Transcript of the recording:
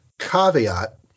Caveat